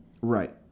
Right